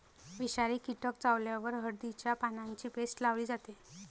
विषारी कीटक चावल्यावर हळदीच्या पानांची पेस्ट लावली जाते